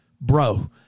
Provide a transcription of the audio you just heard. bro